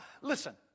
listen